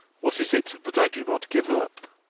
what is it that i do not give up